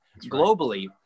globally